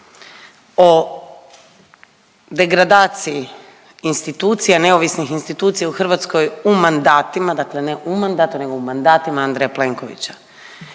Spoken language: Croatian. o degradaciji institucija, neovisnih institucija u Hrvatskoj u mandatima, dakle ne u mandatu, nego u mandatima Andreja Plenkovića.